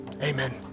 Amen